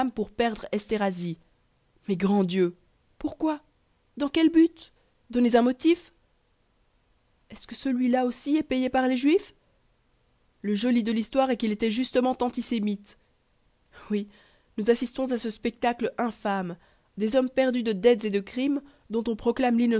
pour perdre esterhazy mais grand dieu pourquoi dans quel but donnez un motif est-ce que celui-là aussi est payé par les juifs le joli de l'histoire est qu'il était justement antisémite oui nous assistons à ce spectacle infâme des hommes perdus de dettes et de crimes dont on proclame